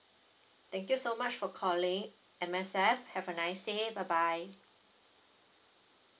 thank you so much for calling M_S_F have a nice day bye bye